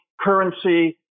currency